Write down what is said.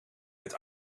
het